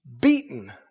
Beaten